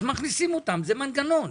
אז מכניסים אותם זה מנגנון,